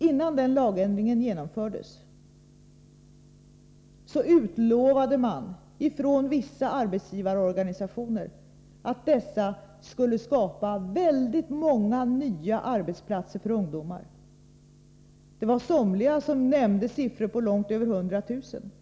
Innan den lagändringen genomfördes utlovade man från vissa arbetsgivarorganisationer att detta skulle skapa ett stort antal nya arbeten för ungdomar. Somliga nämnde siffror på långt över 100 000 arbeten.